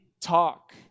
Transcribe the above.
talk